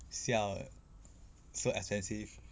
siao eh so expensive